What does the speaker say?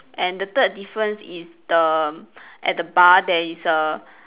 and the third difference is the at the bar there is a